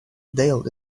dale